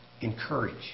encourage